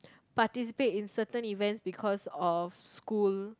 participate in certain events because of school